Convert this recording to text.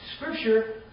Scripture